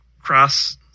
cross